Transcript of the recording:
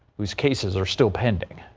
these cases are still pending.